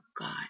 God